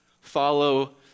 Follow